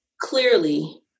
clearly